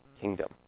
kingdom